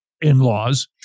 in-laws